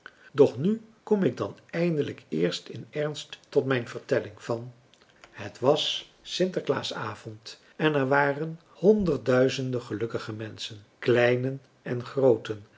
doch nu kom ik dan eindelijk eerst in ernst tot mijn vertelling van het was sinterklaasavond en er waren honderdduizenden gelukkige menschen kleinen en grooten